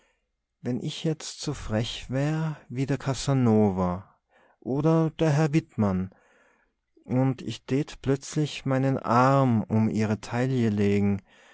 wenn ich jetzt so frech wär wie der casanova oder der herr wittmann und ich tät plötzlich meinen arm um ihre taille legen